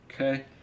Okay